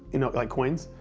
you know, like coins.